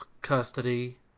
custody